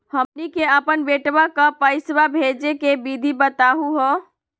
हमनी के अपन बेटवा क पैसवा भेजै के विधि बताहु हो?